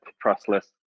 trustless